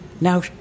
Now